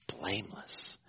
blameless